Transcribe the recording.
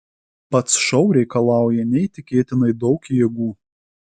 pats šou reikalauja neįtikėtinai daug jėgų